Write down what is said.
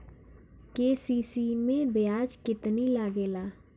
KCC मै ब्याज केतनि लागेला?